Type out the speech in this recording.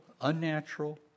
unnatural